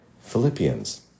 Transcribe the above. Philippians